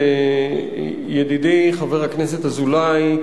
ידידי חבר הכנסת אזולאי,